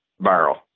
barrel